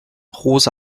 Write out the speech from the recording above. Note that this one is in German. rosa